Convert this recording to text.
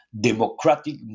democratic